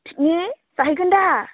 picnic जाहैगोन दा